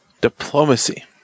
diplomacy